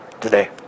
today